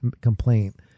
complaint